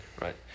Right